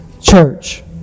church